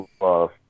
love